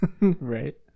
Right